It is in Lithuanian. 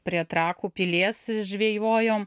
prie trakų pilies žvejojom